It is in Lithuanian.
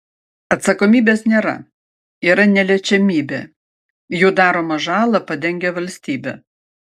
atsakomybės nėra yra neliečiamybė jų daromą žalą padengia valstybė